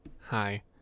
Hi